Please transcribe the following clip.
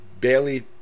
Bailey